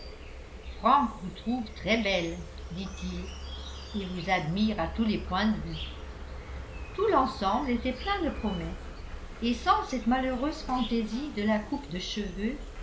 frank vous trouve très belle dit-il et vous admire à tous les points de vue tout l'ensemble était plein de promesses et sans cette malheureuse fantaisie de la coupe de cheveux